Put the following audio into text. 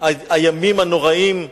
לקראת הימים הנוראים,